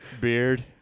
Beard